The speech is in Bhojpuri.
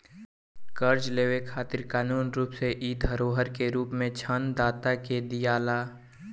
कर्जा लेवे खातिर कानूनी रूप से इ धरोहर के रूप में ऋण दाता के दियाला